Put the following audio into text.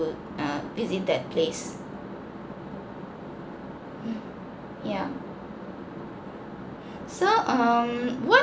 uh visit that place uh yeah so um what